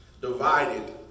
divided